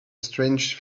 strange